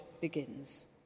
begins